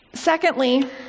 Secondly